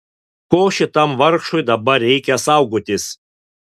ko šitam vargšui dabar reikia saugotis